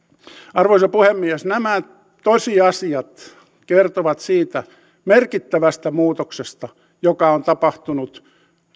arvoisa puhemies nämä tosiasiat kertovat siitä merkittävästä muutoksesta joka on tapahtunut